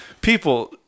people